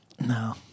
No